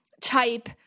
type